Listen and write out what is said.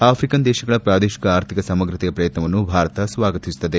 African ದೇಶಗಳ ಪ್ರಾದೇಶಿಕ ಆರ್ಥಿಕ ಸಮಗ್ರತೆಯ ಪ್ರಯತ್ನವನ್ನು ಭಾರತ ಸ್ವಾಗತಿಸುತ್ತದೆ